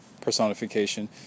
personification